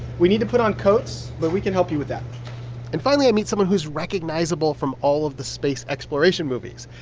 we need to put on coats, but we can help you with that and finally i meet someone who's recognizable from all of the space exploration movies.